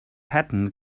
pattern